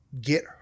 get